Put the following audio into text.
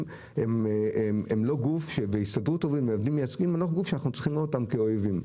הם לא גוף שאנחנו צריכים לראות אותם כאויבים.